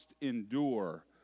endure